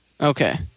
okay